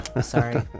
Sorry